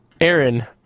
Aaron